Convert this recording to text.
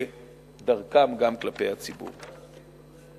ודרכם גם כלפי הציבור.